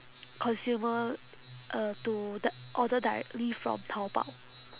consumer uh to d~ order directly from taobao